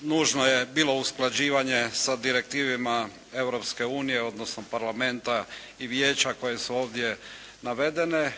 nužno je bilo usklađivanje sa direktivama Europske unije odnosno parlamenta i vijeća koje su ovdje navedene.